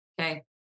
okay